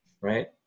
Right